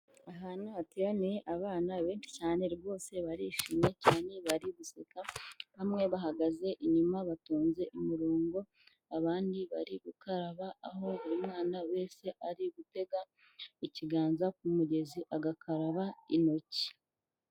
Ahantu hateraniye abana benshi cyane rwose barishimye cyane bari guseka bamwe bahagaze inyuma batonze imirongo abandi bari gukaraba aho umwana wese ari gutega ikiganza ku mugezi agakaraba intoki.